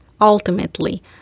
Ultimately